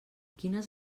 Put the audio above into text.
quines